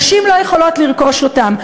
נשים לא יכולות לרכוש אותן.